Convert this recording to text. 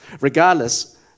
regardless